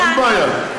אין בעיה.